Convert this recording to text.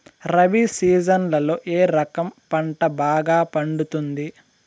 రబి సీజన్లలో ఏ రకం పంట బాగా పండుతుంది